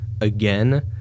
again